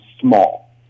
small